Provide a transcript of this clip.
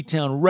Town